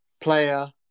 player